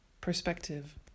perspective